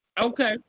Okay